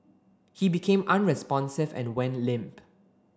he became unresponsive and went limp